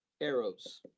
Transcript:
arrows